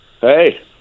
Hey